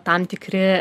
tam tikri